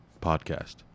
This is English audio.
podcast